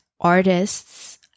artists